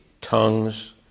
tongues